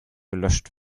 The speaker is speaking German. gelöscht